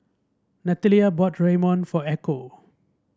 Nathalia bought Ramyeon for Echo